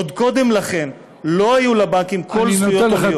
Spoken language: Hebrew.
עוד קודם לכן לא היו לבנקים כל זכויות הוניות,